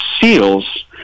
seals